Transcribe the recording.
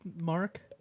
mark